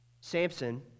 Samson